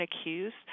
accused